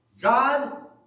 God